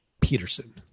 Peterson